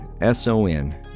S-O-N